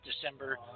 December